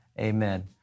amen